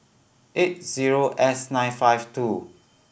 eight zero S nine five two